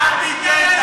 אל תיתן.